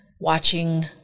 watching